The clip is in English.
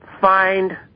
find